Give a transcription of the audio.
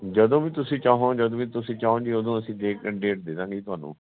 ਜਦੋਂ ਵੀ ਤੁਸੀਂ ਚਾਹੋ ਜਦ ਵੀ ਤੁਸੀਂ ਚਾਹੋ ਜੀ ਉਦੋਂ ਅਸੀਂ ਡੇ ਡੇਟ ਦੇ ਦੇਵਾਂਗੇ ਜੀ ਤੁਹਾਨੂੰ